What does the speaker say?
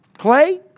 Clay